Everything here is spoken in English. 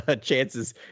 chances